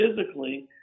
physically